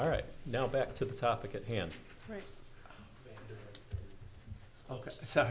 all right now back to the topic at hand right ok so